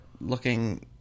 looking